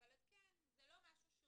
זה לא משהו שהוא